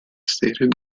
stated